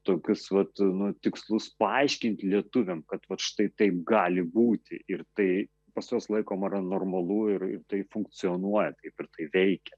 tokius vat nu tikslus paaiškinti lietuviam kad vat štai taip gali būti ir tai pas juos laikoma yra normalu ir tai funkcionuoja kaip ir tai veikia